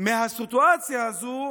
מהסיטואציה הזו